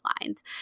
lines